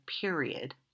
period